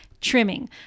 Trimming